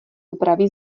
upraví